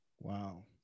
wow